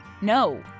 No